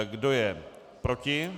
Kdo je proti?